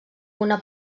una